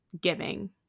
giving